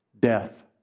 death